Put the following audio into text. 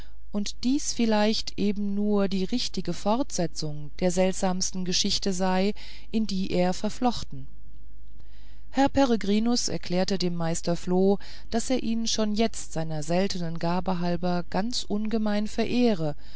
und dies vielleicht eben nur die richtige fortsetzung der seltsamsten geschichte sei in die er verflochten herr peregrinus erklärte dem meister floh daß er ihn schon jetzt seiner seltenen gaben halber ganz ungemein verehre